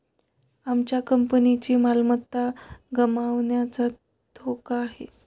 आमच्या कंपनीची मालमत्ता गमावण्याचा धोका आहे